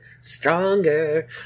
Stronger